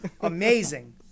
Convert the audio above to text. amazing